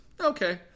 okay